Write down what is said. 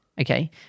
Okay